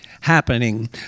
happening